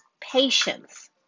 patience